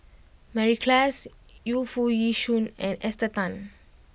Mary Klass Yu Foo Yee Shoon and Esther Tan